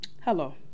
Hello